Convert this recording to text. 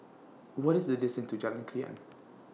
What IS The distance to Jalan Krian